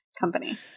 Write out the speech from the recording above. Company